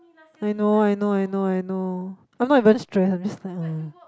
I know I know I know I know I'm not even stress I'm just like ugh